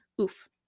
Oof